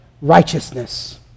righteousness